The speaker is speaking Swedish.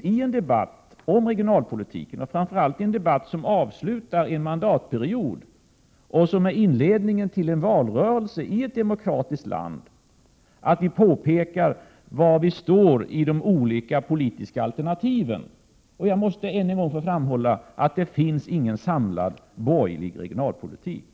i en debatt om regionalpolitiken — framför allt i en debatt som avslutar en mandatperiod och är en inledning till en valrörelse i ett demokratiskt land — är det viktigt att peka på var vi står i de olika politiska alternativen, och då måste jag än en gång få framhålla att det inte finns någon samlad borgerlig regionalpolitik.